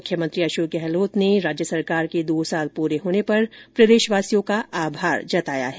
मुख्यमंत्री अशोक गहलोत ने राज्य सरकार के दो साल पूरे होने पर प्रदेशवासियों का आभार जताया है